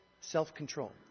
self-control